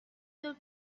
your